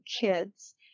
kids